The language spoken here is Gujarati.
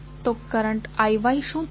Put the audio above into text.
તો કરંટ IYશું હશે